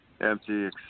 empty